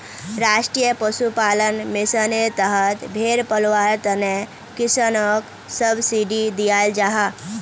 राष्ट्रीय पशुपालन मिशानेर तहत भेड़ पलवार तने किस्सनोक सब्सिडी दियाल जाहा